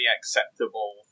acceptable